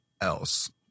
else